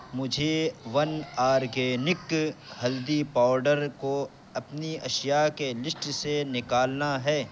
مجھے one organic ہلدی powder کو اپنی اشیا کے لسٹ سے نکالنا ہے